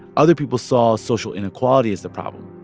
other people saw social inequality as the problem.